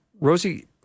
Rosie